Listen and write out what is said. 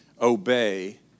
obey